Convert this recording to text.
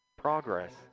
Progress